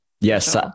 Yes